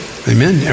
Amen